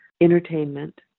entertainment